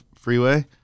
freeway